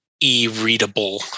e-readable